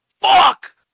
fuck